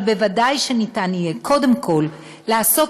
אבל ודאי שניתן יהיה קודם כול לעשות